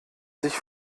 sich